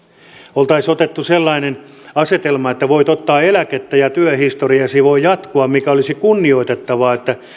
oltaisiin otettu sellainen asetelma että voit ottaa eläkettä ja työhistoriasi voi jatkua olisi kunnioitettavaa että